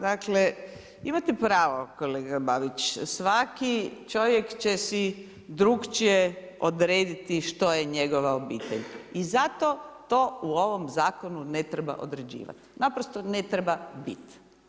Dakle imate pravo kolega Babić, svaki čovjek će si drukčije odrediti što je njegova obitelj i zato to u ovom zakonu ne treba određivati, naprosto ne treba biti.